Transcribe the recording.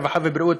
הרווחה והבריאות,